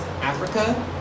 Africa